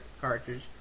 cartridge